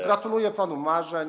Gratuluję panu marzeń.